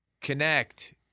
connect